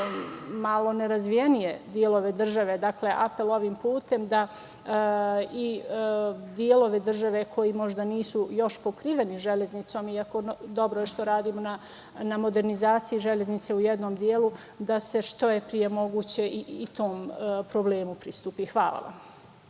malo nerazvijenije delove države… Dakle, apelujem ovim putem da i delovi države koji možda nisu još pokriveni železnicom, iako je dobro što radimo na modernizaciji železnice u jednom delu, da se što pre moguće i tom problemu pristupi. Hvala vam.